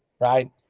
right